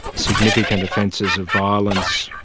significant offences of violence,